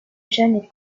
jeune